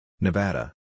Nevada